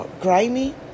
grimy